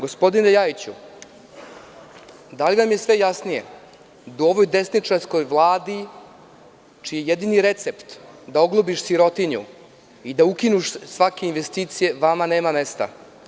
Gospodine Ljajiću, da li vam je sve jasnije da u ovoj desničarskoj Vladi čiji je jedini recept da se oglubi sirotinja i da ukinu svake investicije, vama nema mesta.